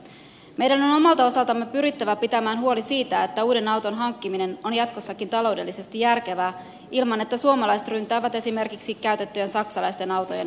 meidän on omalta osaltamme pyrittävä pitämään huoli siitä että uuden auton hankkiminen on jatkossakin taloudellisesti järkevää ilman että suomalaiset ryntäävät esimerkiksi käytettyjen saksalaisten autojen markkinoille